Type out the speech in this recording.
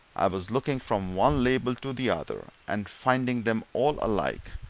i was looking from one label to the other and finding them all alike,